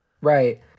right